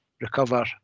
recover